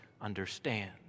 understand